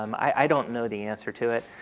um i don't know the answer to it.